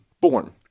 born